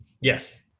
Yes